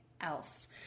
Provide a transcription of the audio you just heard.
else